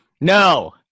No